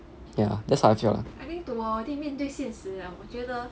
yeah that's how I feel lah